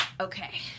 Okay